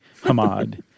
Hamad